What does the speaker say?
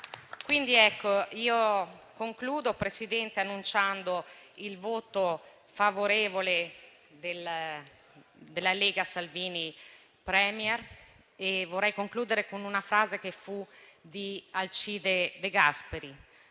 signora Presidente, annunciando il voto favorevole del Gruppo Lega Salvini Premier e vorrei concludere con una frase che fu di Alcide De Gasperi: